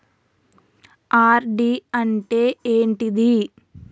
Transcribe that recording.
RD అంటే ఏంటిది?